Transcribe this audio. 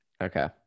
Okay